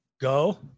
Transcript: go